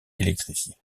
électrifié